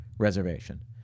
reservation